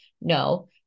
No